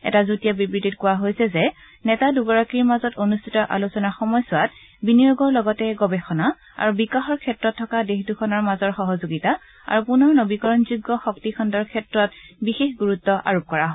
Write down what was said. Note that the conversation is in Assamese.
এটা যুটীয়া বিবৃতিত কোৱা হৈছে যে নেতা দুগৰাকীৰ মাজত অনুষ্ঠিত আলোচনাৰ সময়ছোৱাত বিনিয়োগৰ লগতে গৱেষণা আৰু বিকাশৰ ক্ষেত্ৰত থকা দেশ দুখনৰ মাজৰ সহযোগিতা আৰু পুনৰ নবীকৰণযোগ্য শক্তিখণ্ডৰ ক্ষেত্ৰত বিশেষ গুৰুত্ব আৰোপ কৰা হয়